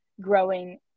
growing